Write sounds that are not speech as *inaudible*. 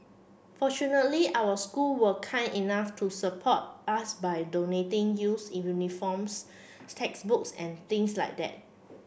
fortunately our school were kind enough to support us by donating use *unintelligible* uniforms *unintelligible* textbooks and things like that